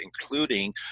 including